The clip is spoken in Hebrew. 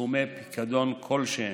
סכומי פיקדון כלשהם,